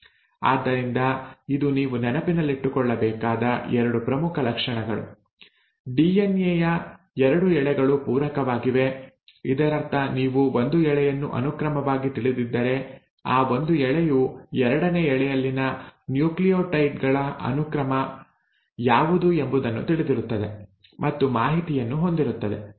ಆದ್ದರಿಂದ ಇದು ನೀವು ನೆನಪಿನಲ್ಲಿಟ್ಟುಕೊಳ್ಳಬೇಕಾದ 2 ಪ್ರಮುಖ ಲಕ್ಷಣಗಳು ಡಿಎನ್ಎ ಯ 2 ಎಳೆಗಳು ಪೂರಕವಾಗಿವೆ ಇದರರ್ಥ ನೀವು ಒಂದು ಎಳೆಯನ್ನು ಅನುಕ್ರಮವಾಗಿ ತಿಳಿದಿದ್ದರೆ ಆ ಒಂದು ಎಳೆಯು ಎರಡನೆಯ ಎಳೆಯಲ್ಲಿನ ನ್ಯೂಕ್ಲಿಯೋಟೈಡ್ ಗಳ ಅನುಕ್ರಮ ಯಾವುದು ಎಂಬುದನ್ನು ತಿಳಿದಿರುತ್ತದೆ ಮತ್ತು ಮಾಹಿತಿಯನ್ನು ಹೊಂದಿರುತ್ತದೆ